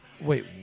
wait